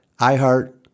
iHeart